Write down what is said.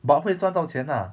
but 会赚到钱 ah